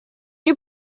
you